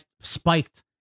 spiked